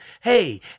Hey